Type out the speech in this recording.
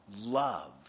Love